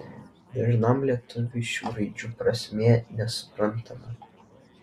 dažnam lietuviui šių raidžių prasmė nesuprantama